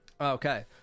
Okay